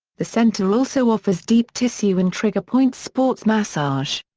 the centre also offers deep tissue and trigger point sports massage.